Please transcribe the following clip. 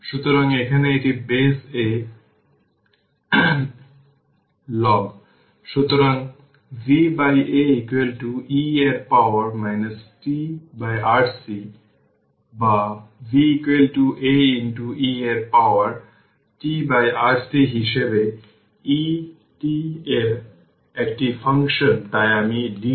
সুতরাং time t 5 τ এর পরে প্রায় কোনও পরিবর্তন পাওয়া যাবে না ঠিক এটি প্রায় এই স্টাডি স্টেট